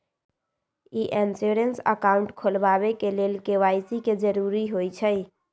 ई insurance account खोलबाबे के लेल के.वाई.सी के जरूरी होइ छै